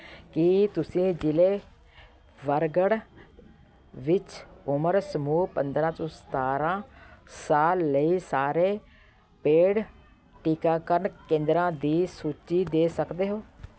ਕੀ ਤੁਸੀਂ ਜ਼ਿਲ੍ਹੇ ਵਰਗੜ੍ਹ ਵਿੱਚ ਉਮਰ ਸਮੂਹ ਪੰਦਰ੍ਹਾਂ ਤੋਂ ਸਤਾਰ੍ਹਾਂ ਸਾਲ ਲਈ ਸਾਰੇ ਪੇਡ ਟੀਕਾਕਰਨ ਕੇਂਦਰਾਂ ਦੀ ਸੂਚੀ ਦੇ ਸਕਦੇ ਹੋ